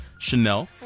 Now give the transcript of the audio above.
Chanel